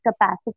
capacity